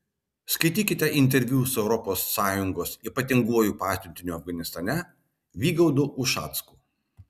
skaitykite interviu su europos sąjungos ypatinguoju pasiuntiniu afganistane vygaudu ušacku